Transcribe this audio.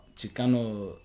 Chicano